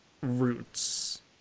roots